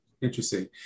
Interesting